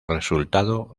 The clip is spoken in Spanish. resultado